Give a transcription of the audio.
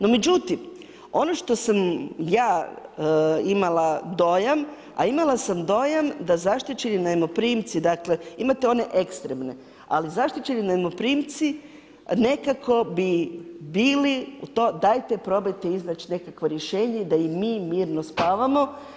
No međutim, ono što sam ja imala dojam, a imala sam dojam da zaštićeni najmoprimci, dakle imate one ekstremne, ali zaštićeni najmoprimci nekako bi bili dajte probajte iznać nekakvo rješenje da i mi mirno spavamo.